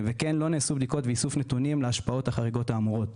וכן לא נעשו בדיקות ואיסוף נתונים להשפעות החריגות האמורות.